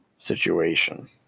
situation